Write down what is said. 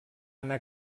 anar